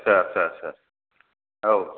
आत्सा आत्सा औ